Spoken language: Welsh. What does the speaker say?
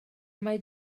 mae